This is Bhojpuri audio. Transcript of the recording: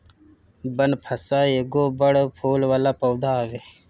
बनफशा एगो बड़ फूल वाला पौधा हवे